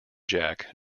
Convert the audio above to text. jack